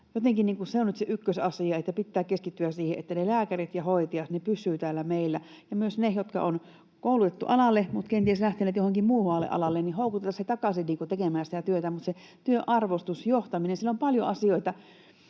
se ykkösasia, että pitää keskittyä siihen, että ne lääkärit ja hoitajat pysyvät täällä meillä. Ja myös ne, jotka on koulutettu alalle mutta ovat kenties lähteneet jollekin muulle alalle, houkuteltaisiin takaisin tekemään sitä työtä. Mutta sen työn arvostus ja johtaminen — siellä on paljon asioita.